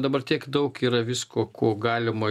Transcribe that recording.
dabar tiek daug yra visko ko galima